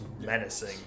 menacing